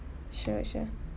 sure sure